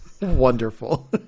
wonderful